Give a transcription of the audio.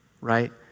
right